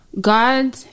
God